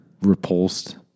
repulsed